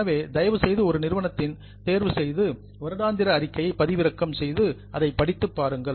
எனவே தயவு செய்து ஒரு நிறுவனத்தை தேர்வு செய்து வருடாந்திர அறிக்கையை பதிவிறக்கம் செய்து அதை படித்துப் பாருங்கள்